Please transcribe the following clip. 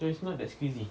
no it's not that squeezy